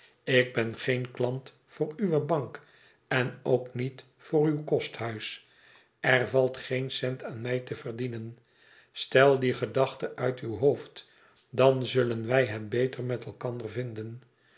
ik ben geen klant voor uwe bank en ook niet voor uw kosthuis er valt geen cent aan mij te verdienen stel die gedachte uit uw hoofd dan zullen wij het beter met elkander vinden